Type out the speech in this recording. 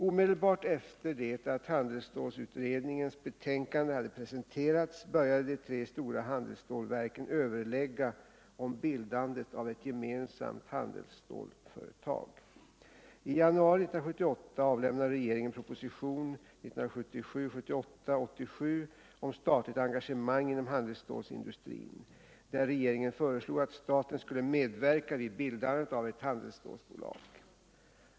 Omedelbart efter det att handelsstålsutredningens betänkande hade presenterats började de tre stora handelsstålverken överlägga om bildandet av ett gemensamt handelsstålföretag. I januari 1978 avlämnade regeringen propositionen 1977/78:87 om statligt engagemang inom handelsstålsindustrin, där regeringen föreslog att staten skulle medverka vid bildandet av ett handelsstålbolag.